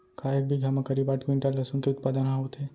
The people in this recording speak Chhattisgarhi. का एक बीघा म करीब आठ क्विंटल लहसुन के उत्पादन ह होथे?